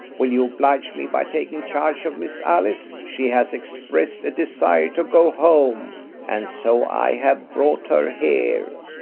will you oblige me by taking charge of miss alice? she has expressed a desire to go home and so i have brought her here.